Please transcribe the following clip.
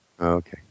Okay